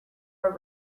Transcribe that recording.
are